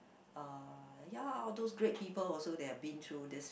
uh ya those great people also they have been through this